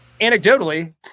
anecdotally